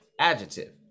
adjective